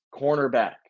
cornerback